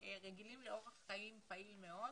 שרגילים לאורח חיים פעיל מאוד